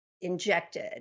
injected